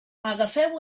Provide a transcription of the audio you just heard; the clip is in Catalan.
agafeu